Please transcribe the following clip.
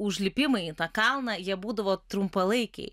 užlipimai į tą kalną jie būdavo trumpalaikiai